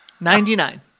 Ninety-nine